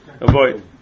avoid